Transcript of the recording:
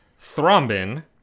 thrombin